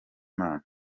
imana